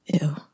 Ew